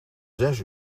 zes